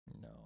No